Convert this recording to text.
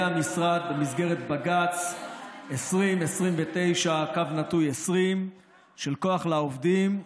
המשרד במסגרת בג"ץ 2029/20 של כוח לעובדים,